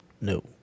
no